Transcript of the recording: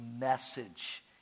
message